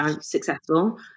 successful